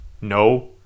no